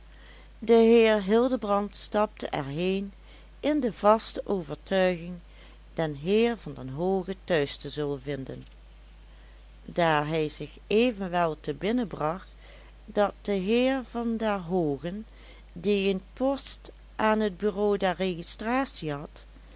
de heer hildebrand stapte er heen in de vaste overtuiging den heer van der hoogen thuis te zullen vinden daar hij zich evenwel tebinnenbracht dat de heer van der hoogen die een post aan het bureau der registratie had